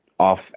off